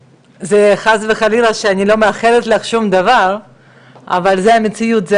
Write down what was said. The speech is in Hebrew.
חס וחלילה שאני לא מאחלת לך שום דבר אבל זאת המציאות שלנו,